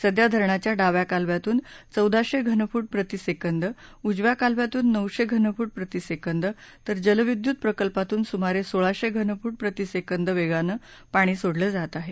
सध्या धरणाच्या डाव्या कालव्यातून चौदाशे घनफूट प्रतिसेकंद उजव्या कालव्यातून नऊशे घनफूट प्रतिसेकंद तर जलविद्युत प्रकल्पातून सुमारे सोळाशे घनफूट प्रतिसेकंद वेगानं पाणी सोडलं जात आहे